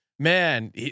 Man